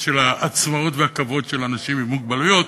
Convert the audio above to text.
של העצמאות והכבוד של אנשים עם מוגבלויות,